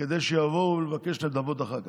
כדי שיבואו לבקש נדבות אחר כך.